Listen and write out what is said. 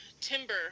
timber